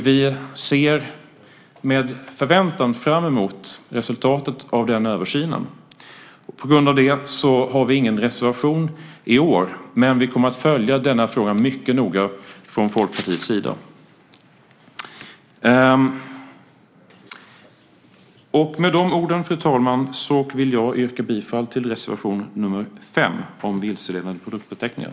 Vi ser med förväntan fram emot resultatet av den översynen. På grund av det har vi ingen reservation i år, men vi kommer att följa denna fråga mycket noga från Folkpartiets sida. Med de orden, fru talman, yrkar jag bifall till reservation 5 om vilseledande produktbeteckningar.